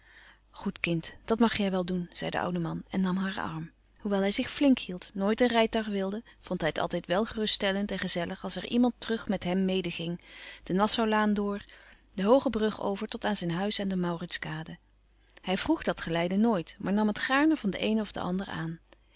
goed kind dat mag jij wel doen zei de oude man en nam haar arm hoewel hij zich flink hield nooit een rijtuig wilde vond hij het altijd wel geruststellend en gezellig als er iemand terug met hem mede ging de nassaulaan door de hooge brug over tot aan zijn huis aan de mauritskade hij vroeg dat geleide nooit maar nam het gaarne van de een of den ander aan